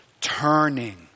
turning